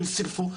הם סילפו,